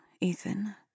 Ethan